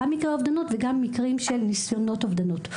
גם מקרי האובדנות וגם מקרים של ניסיונות אובדנות.